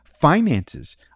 finances